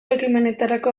ekimenetarako